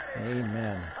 Amen